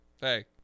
hey